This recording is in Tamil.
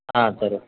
ஆ சரி